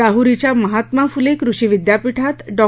राहरीच्या महात्मा फुले कृषी विद्यापीठात डॉ